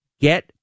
get